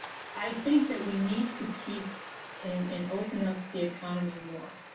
i think that we need to keep and and open up the economy more.